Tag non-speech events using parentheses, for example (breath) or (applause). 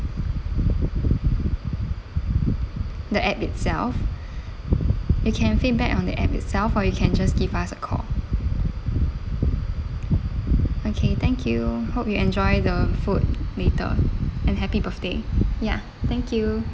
the app itself (breath) you can feedback on the app itself or you can just give us a call okay thank you hope you enjoy the food later and happy birthday ya thank you